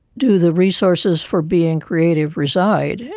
do the resources for being creative reside.